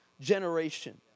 generation